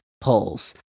polls